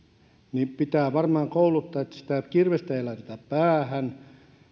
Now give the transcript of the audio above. niin pitää varmaan kouluttaa että sitä kirvestä ei laiteta päähän